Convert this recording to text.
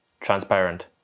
transparent